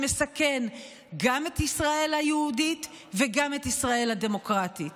שמסכן גם את ישראל היהודית וגם את ישראל הדמוקרטית,